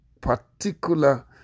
particular